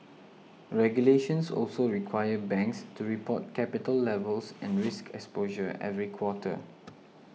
regulations also require banks to report capital levels and risk exposure every quarter